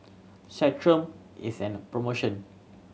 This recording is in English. Centrum is an promotion